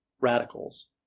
radicals